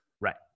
Right